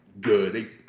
good